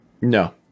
No